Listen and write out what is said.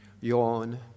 yawn